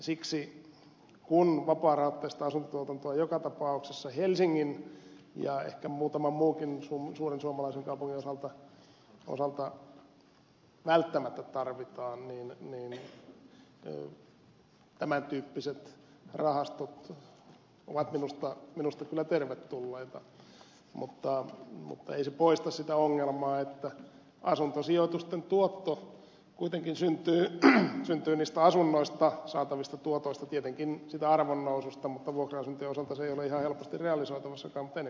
siksi kun vapaarahoitteista asuntotuotantoa joka tapauksessa helsingin ja ehkä muutaman muunkin suuren suomalaisen kaupungin osalta välttämättä tarvitaan niin tämän tyyppiset rahastot ovat minusta kyllä tervetulleita mutta ei se poista sitä ongelmaa että asuntosijoitusten tuotto kuitenkin syntyy niistä asunnoista saatavista tuotoista tietenkin siitä arvonnoususta mutta vuokra asuntojen osalta se ei ole ihan helposti realisoitavissakaan